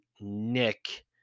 Nick